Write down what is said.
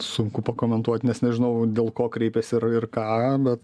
sunku pakomentuot nes nežinau dėl ko kreipėsi ir ir ką bet